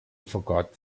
forgot